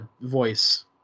voice